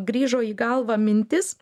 grįžo į galvą mintis